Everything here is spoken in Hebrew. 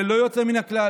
ללא יוצא מן הכלל,